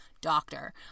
doctor